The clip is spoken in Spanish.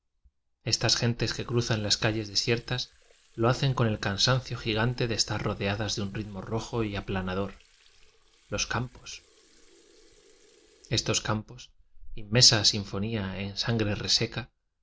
estas gentes que cruzan las calles desiertas lo hacen con el cansancio gigante de estar rodeadas de un ritmo rojo y aplanador los campos estos campos inmensa sinfonía en san gre reseca